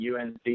UNC